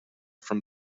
from